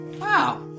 Wow